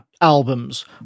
albums